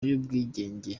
y’ubwigenge